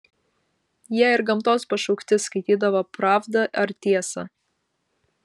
jie ir gamtos pašaukti skaitydavo pravdą ar tiesą